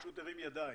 פשוט הרים ידיים.